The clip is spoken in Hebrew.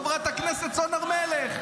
חברת הכנסת סון הר מלך.